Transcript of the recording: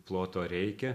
ploto reikia